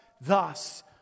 thus